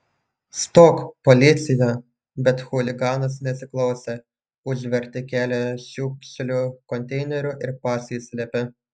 stok policija bet chuliganas nesiklausė užvertė kelią šiukšlių konteineriu ir pasislėpė